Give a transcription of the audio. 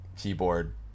keyboard